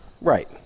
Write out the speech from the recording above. Right